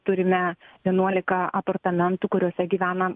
turime vienuolika apartamentų kuriuose gyvena